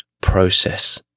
process